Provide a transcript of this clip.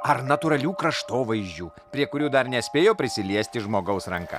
ar natūralių kraštovaizdžių prie kurių dar nespėjo prisiliesti žmogaus ranka